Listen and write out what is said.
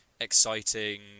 exciting